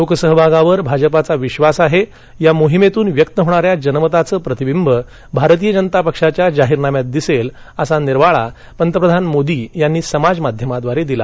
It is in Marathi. लोकसहभागावर भाजपाचा विश्वास आहे या मोहिमेतून व्यक्त होणाऱ्या जनमताचं प्रतिबिंब भाजपाच्या जाहीरनाम्यात दिसेल असा निर्वाळा पंतप्रधान मोदी यांनी समाजमाध्यमाद्वारे दिला